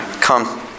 come